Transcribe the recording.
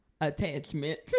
attachment